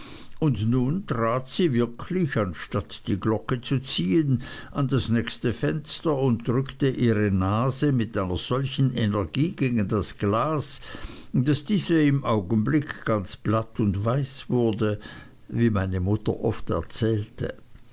und nun trat sie wirklich anstatt die glocke zu ziehen an das nächste fenster und drückte ihre nase mit solcher energie gegen das glas daß diese im augenblick ganz platt und weiß wurde wie meine mutter oft erzählte